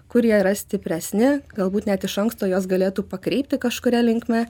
kur jie yra stipresni galbūt net iš anksto juos galėtų pakreipti kažkuria linkme